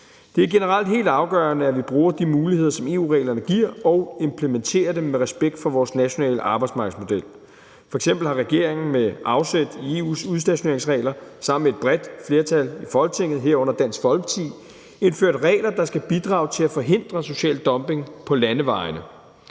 Det er generelt helt afgørende, at vi bruger de muligheder, som EU-reglerne giver, og implementerer dem med respekt for vores nationale arbejdsmarkedsmodel. F.eks. har regeringen med afsæt i EU's udstationeringsregler sammen med et bredt flertal i Folketinget, herunder Dansk Folkeparti, indført regler, der skal bidrage til at forhindre social dumping på landevejene.